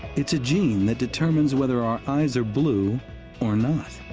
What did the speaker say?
it's a gene that determines whether our eyes are blue or not.